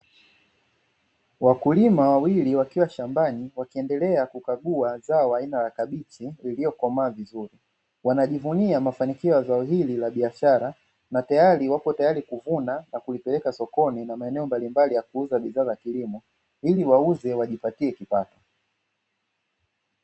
Wakulima wawili wakiwa shambani wakiendelea kukagua zao aina ya kabichi lililokomaa vizuri, wanajivunia mafanikio ya zao hili la biashara na tayari wapo tayari kuvuna na kulipeleka sokoni na maeneo mbalimbali ya kuuza bidhaa za kilimo, ili wauze wajipatie kipato.